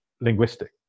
linguistic